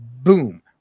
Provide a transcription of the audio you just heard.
Boom